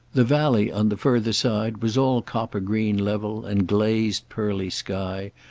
the valley on the further side was all copper-green level and glazed pearly sky,